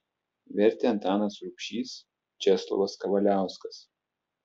vertė antanas rubšys česlovas kavaliauskas